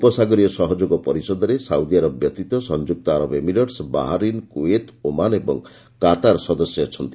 ଉପସାଗରୀୟ ସହଯୋଗ ପରିଷଦରେ ସାଉଦି ଆରବ ବ୍ୟତୀତ ସଂଯୁକ୍ତ Arab Emirates Bahrain Kuwait Oman ଓ କାତାର ସଦସ୍ୟ ଅଛନ୍ତି